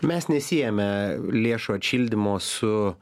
mes nesiejame lėšų atšildymo su